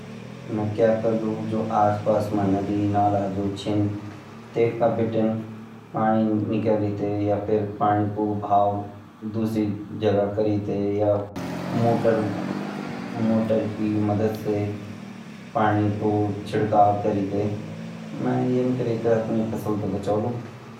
मैं क्या कलु जु आसपास मा नदी नाला जू छिन तेपर बटिन पाणी निकली ते या फिर पाणी कू बहाव दूसरी जगह करी ते या फिर मोटर की मदद से पाणी कू छिड़काव करीते मैं यन करीते अपरी फसल ते बचोलू।